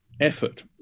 effort